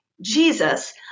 Jesus